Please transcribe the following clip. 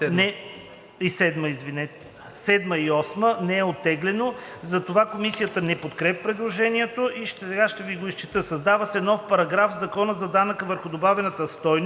и глава 7 и 8 не е оттеглено, затова Комисията не подкрепя предложението и сега ще Ви го изчета: „Създава се нов §... В Закона за данъка върху добавената стойност